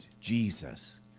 Jesus